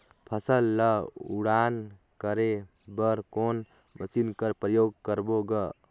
फसल ल उड़ान करे बर कोन मशीन कर प्रयोग करबो ग?